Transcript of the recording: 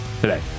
today